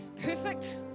perfect